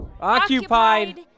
Occupied